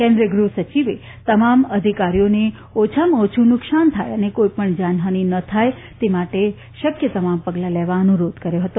કેન્દ્રિય ગુહ સચિવે તમામ અધિકારીઓને ઓછામાં ઓછું નુકસાન થાય અને કોઇ પણ જાનહાનિ ન થાય તે માટે શક્ય તમામ પગલા લેવા અનુરોધ કર્થો છે